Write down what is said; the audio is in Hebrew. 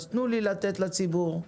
תנו לי לתת לציבור להתייחס.